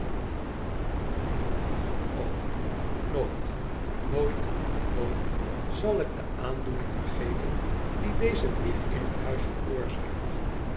o nooit nooit nooit zal ik de aandoening vergeten die deze briefin het huis veroorzaakte